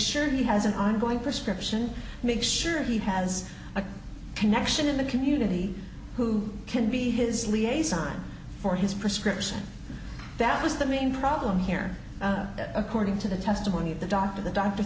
sure he has an ongoing prescription make sure he has a connection in the community who can be his liaison for his prescription that was the main problem here according to the testimony of the doctor the doctor